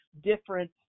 different